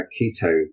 keto